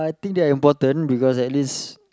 I think they are important because at least